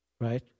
Right